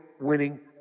winning